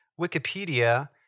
Wikipedia